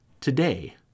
Today